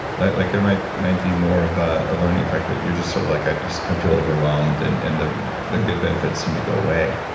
like like there might might be more of a learning effect. but, you're just sort of like, i just kinda kind of feel overwhelmed, and and the the good benefits seem to go away.